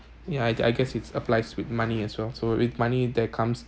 ya I I guess it's applies with money as well so with money there comes